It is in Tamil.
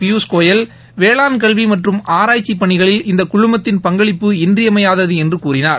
பியூஷ்கோயல் வேளாண்கல்வி மற்றும் ஆராய்ச்சி பணிகளில் இந்த குழுமத்தின் பங்களிப்பு இன்றியமையாதது என்று கூழினார்